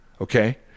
okay